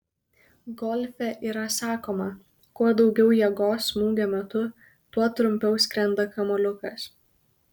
golfe yra sakoma kuo daugiau jėgos smūgio metu tuo trumpiau skrenda kamuoliukas